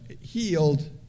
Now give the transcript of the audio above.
healed